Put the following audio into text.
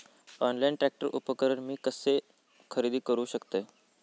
Online tractor उपकरण मी कसा खरेदी करू शकतय?